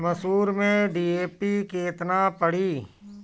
मसूर में डी.ए.पी केतना पड़ी?